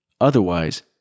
Otherwise